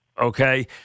okay